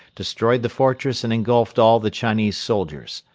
destroyed the fortress and engulfed all the chinese soldiers.